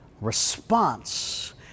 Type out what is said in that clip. response